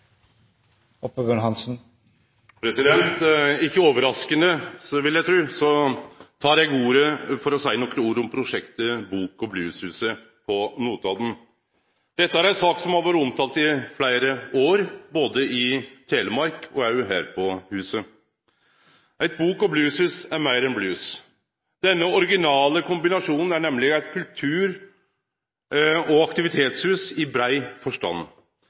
Ikkje overraskande, vil eg tru, tek eg ordet for å seie nokre ord om prosjektet Bok- og Blueshuset på Notodden. Dette er ei sak som har vore omtalt i fleire år, både i Telemark og òg her på huset. Eit bok- og blueshus er meir enn blues. Denne originale kombinasjonen er nemleg eit kultur- og aktivitetshus i brei forstand,